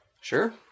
sure